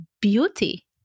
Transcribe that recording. beauty